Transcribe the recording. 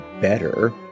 better